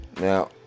Now